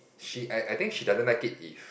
she I I think she doesn't like it if